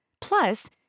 Plus